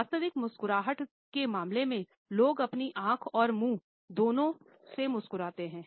वास्तविक मुस्कुराहट के मामले में लोग अपनी आंखों और मुंह दोनों से मुस्कुराते हैं